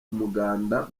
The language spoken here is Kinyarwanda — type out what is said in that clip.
umuganda